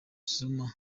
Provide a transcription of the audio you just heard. zuma